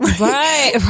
Right